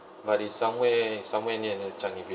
but it's somewhere somewhere near the changi village